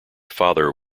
father